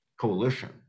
coalition